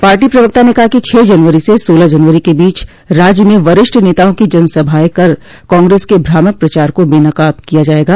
party प्रवक्ता ने कहा कि छह जनवरी से सोलह जनवरी के बीच राज्य में वरिष्ठ नेताओं की जनसभाएं कर कांग्रेस के भ्रामक प्रचार को बेनकाब किया जायेगा